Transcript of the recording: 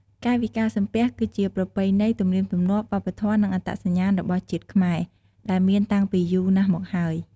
កាយវិការសំពះ គីជាប្រពៃណី ទំនៀមទម្លាប់ វប្បធម៌ និងអត្តសញ្ញាណរបស់ជាតិខ្មែរ ដែលមានតាំងពីយូរណាស់មកហើយ។